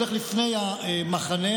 שהולך לפני המחנה,